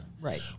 right